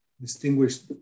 Distinguished